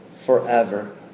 forever